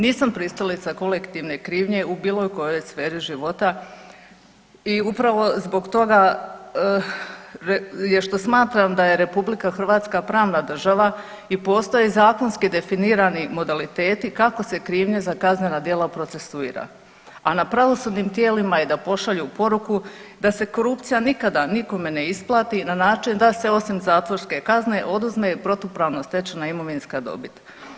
Nisam pristalica kolektivne krivnje u bilo kojoj sferi života i upravo zbog toga je što smatram da je RH pravna država i postoje zakonski definirani modaliteti kako se krivnja za kaznena djela procesuira, a na pravosudnim tijelima je da pošalju poruku da se korupcija nikada nikome ne isplati na način da se osim zatvorske kazne oduzme i protupravno stečena imovinska dobit.